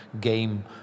game